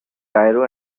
cairo